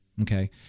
Okay